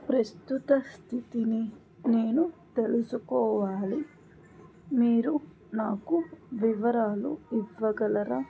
ప్రస్తుత స్థితిని నేను తెలుసుకోవాలి మీరు నాకు వివరాలు ఇవ్వగలరా